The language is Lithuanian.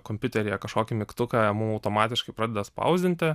kompiuteryje kažkokį mygtuką mum automatiškai pradeda spausdinti